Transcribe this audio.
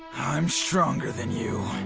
i'm stronger than you.